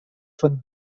von